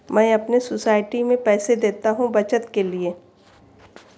मैं अपने सोसाइटी में पैसे देता हूं बचत के लिए